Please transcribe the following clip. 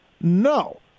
No